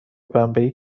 بمبئی